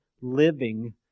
living